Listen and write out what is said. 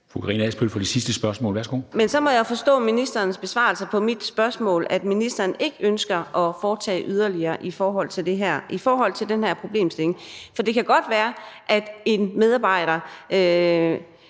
Fru Karina Adsbøl for det sidste spørgsmål. Værsgo. Kl. 13:29 Karina Adsbøl (DF): Men så må jeg forstå ministerens besvarelse af mit spørgsmål sådan, at ministeren ikke ønsker at foretage yderligere i forhold til den her problemstilling. For det kan godt være, at en medarbejder